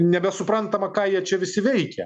nebesuprantama ką jie čia visi veikia